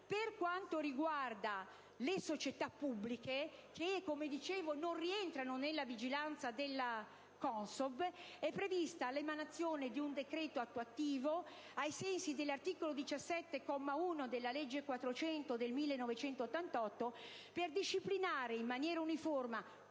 Per quanto riguarda le società pubbliche che - come già detto - non rientrano nella vigilanza della CONSOB, è prevista l'emanazione di un decreto attuativo ai sensi dell'articolo 17, comma 1, della legge n. 400 del 1988, per disciplinare in maniera uniforme